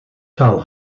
gaan